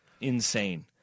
insane